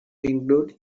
include